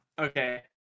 Okay